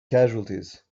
casualties